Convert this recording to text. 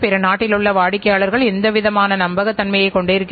சேவையை நுகரும் வாடிக்கையாளர்கள் வரிசையில் நிற்கிறார்கள்